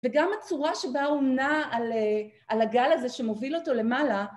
וגם הצורה שבה הוא נע על אהה, על הגל הזה שמוביל אותו למעלה.